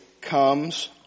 comes